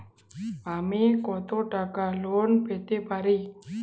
আমি কত টাকা লোন পেতে পারি?